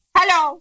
Hello